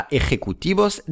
ejecutivos